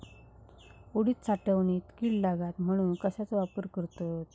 उडीद साठवणीत कीड लागात म्हणून कश्याचो वापर करतत?